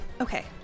okay